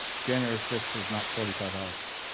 january sixth is not forty five hours